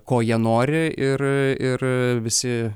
ko jie nori ir ir visi